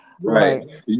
Right